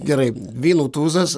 gerai vynų tūzas